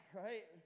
right